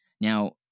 Now